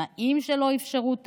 תנאים שלא אפשרו תיעוד,